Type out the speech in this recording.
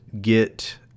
get